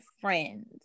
friends